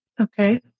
Okay